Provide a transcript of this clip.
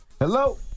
Hello